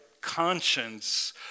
conscience